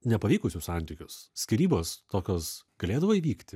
nepavykusius santykius skyrybos tokios galėdavo įvykti